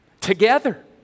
together